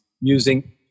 using